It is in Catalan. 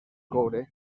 coure